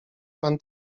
pan